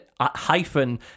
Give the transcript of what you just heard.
hyphen